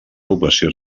població